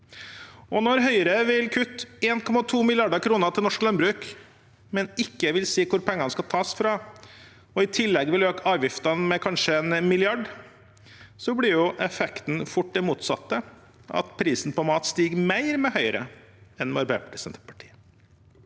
Når Høyre vil kutte 1,2 mrd. kr til norsk landbruk, men ikke vil si hvor pengene skal tas fra, og i tillegg vil øke avgiftene med kanskje én milliard, blir effekten fort det motsatte, nemlig at prisen på mat stiger mer med Høyre enn med Arbeiderpartiet